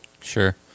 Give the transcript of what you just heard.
Sure